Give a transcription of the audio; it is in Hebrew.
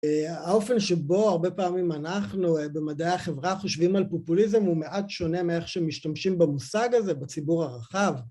האופן שבו הרבה פעמים אנחנו במדעי החברה חושבים על פופוליזם הוא מעט שונה מאיך שמשתמשים במושג הזה בציבור הרחב